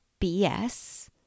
BS